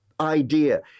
idea